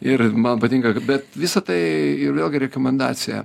ir man patinka bet visa tai ir vėlgi rekomendacija